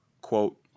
quote